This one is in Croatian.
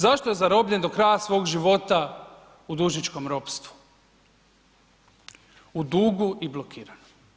Zašto je zarobljen do kraja svog života u dužničkom ropstvu, u dugu i blokiran?